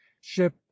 ship